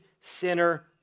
sinner